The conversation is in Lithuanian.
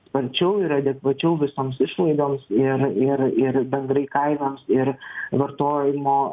sparčiau ir adekvačiau visoms išlaidoms ir ir ir bendrai kainoms ir vartojimo